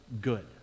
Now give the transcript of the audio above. good